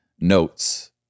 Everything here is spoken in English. notes